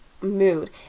mood